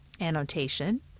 Annotation